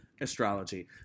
Astrology